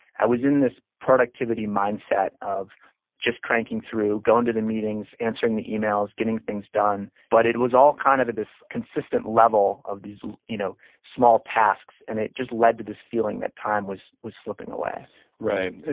i was in this productivity mindset of just cranking through, going to the meetings, answering the emails, getting things done, but it was all kind of at this consistent level of these you know small tasks, and it just led to this feeling that time was was slipping away right.